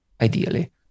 ideally